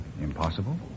Impossible